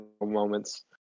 moments